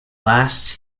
last